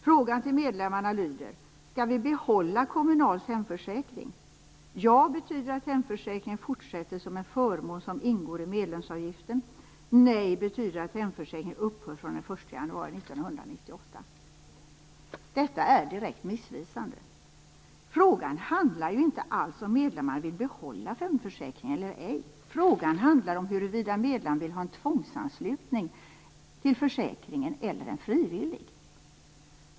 Frågan till medlemmarna lyder: "Skall vi behålla Detta är direkt missvisande. Frågan handlar ju inte alls om medlemmarna vill behålla hemförsäkringen eller ej. Frågan handlar om huruvida medlemmarna vill ha en tvångsanslutning till försäkringen eller en frivillig.